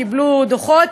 קיבלו דוחות,